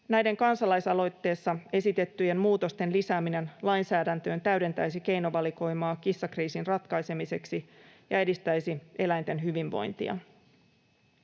Näiden kansalaisaloitteessa esitettyjen muutosten lisääminen lainsäädäntöön täydentäisi keinovalikoimaa kissakriisin ratkaisemiseksi ja edistäisi eläinten hyvinvointia.